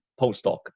postdoc